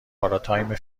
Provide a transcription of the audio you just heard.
پارادایم